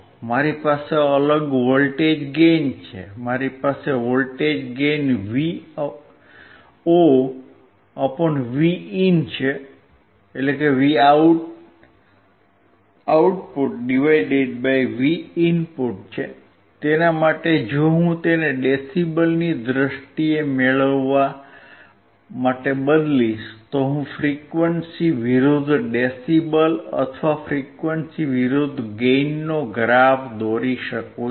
મારી પાસે અલગ વોલ્ટેજ ગેઇન છે મારી પાસે વોલ્ટેજ ગેઇન VoVin છે તેના માટે જો હું તેને ડેસિબલ્સની દ્રષ્ટિએ મેળવવા માટે બદલીશ તો હું ફ્રીક્વન્સી વિરુદ્ધ ડેસિબલ અથવા ફ્રીક્વન્સી વિરુદ્ધ ગેઇનનો ગ્રાફ દોરી શકું છું